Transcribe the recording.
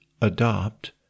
adopt